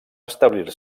establir